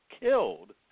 killed